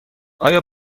آیا